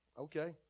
Okay